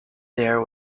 their